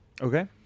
Okay